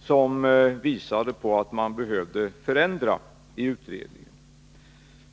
som visade att det behövde göras förändringar i utredningen.